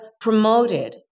promoted